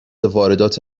واردات